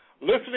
listening